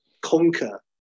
conquer